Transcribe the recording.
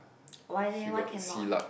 why leh why cannot